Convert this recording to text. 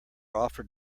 offered